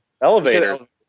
Elevators